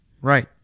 Right